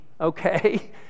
okay